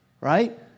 Right